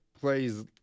plays –